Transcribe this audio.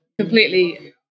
completely